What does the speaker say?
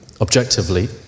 objectively